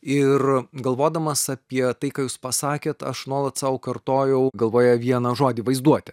ir galvodamas apie tai ką jūs pasakėt aš nuolat sau kartojau galvoje vieną žodį vaizduotė